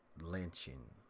lynching